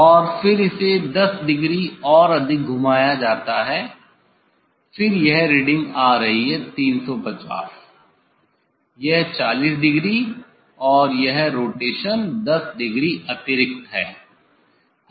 और फिर इसे 10 डिग्री और अधिक घुमाया जाता है फिर यह रीडिंग आ रही है 350 यह 40 डिग्री और यह रोटेशन 10 डिग्री अतिरिक्त है